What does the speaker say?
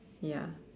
ya